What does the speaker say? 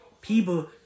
people